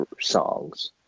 songs